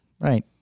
Right